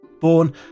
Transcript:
Born